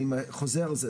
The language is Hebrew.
אני חוזר על זה.